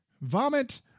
vomit